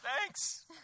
Thanks